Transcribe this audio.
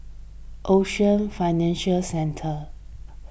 Ocean Financial Centre